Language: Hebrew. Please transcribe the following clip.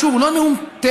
שוב, הוא לא נאום טכני,